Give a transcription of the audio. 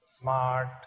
smart